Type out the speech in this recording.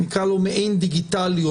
מעין דיגיטלי,